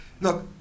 look